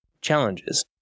challenges